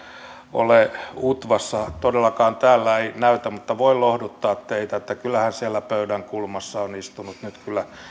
ole utvassa todellakaan ei näytä olevan mutta voin lohduttaa teitä että kyllä hän siellä pöydänkulmassa on nyt istunut